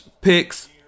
picks